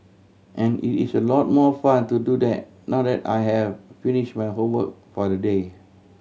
and it is a lot more fun to do that now that I have finish my homework for the day